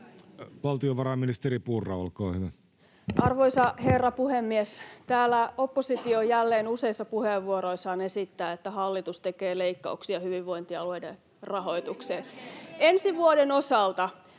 Lindtman sd) Time: 16:16 Content: Arvoisa herra puhemies! Täällä oppositio jälleen useissa puheenvuoroissaan esittää, että hallitus tekee leikkauksia hyvinvointialueiden rahoitukseen. [Välihuutoja